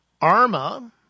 ARMA